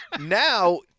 Now